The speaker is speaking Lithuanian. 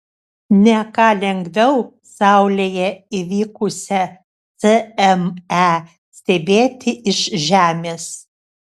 ne ką lengviau saulėje įvykusią cme stebėti iš žemės